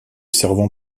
servant